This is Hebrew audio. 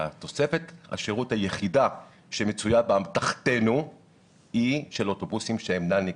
ותוספת השירות היחידה שמצויה באמתחתנו היא של אוטובוסים שאינם נגישים.